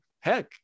heck